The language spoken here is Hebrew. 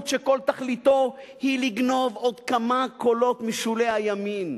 שכל תכליתו היא לגנוב עוד כמה קולות משולי הימין.